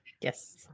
Yes